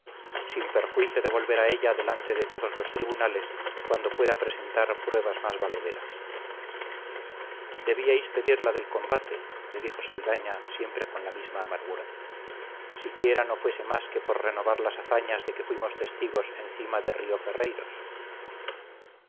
sin perjuicio de volver a ella delante de todos los tribunales cuando pueda presentar pruebas más valederas debíais pedir la del combate le dijo saldaña siempre con la misma amargura siquiera no fuese más que por renovar las hazañas de que fuimos testigos encima de río ferreiros